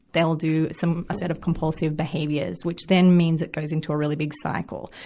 they'll do some, a set of compulsive behaviors, which then means it goes into a really big cycle.